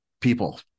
People